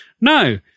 no